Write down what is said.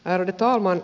ärade talman